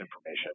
information